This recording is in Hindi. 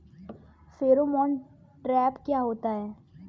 फेरोमोन ट्रैप क्या होता है?